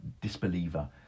disbeliever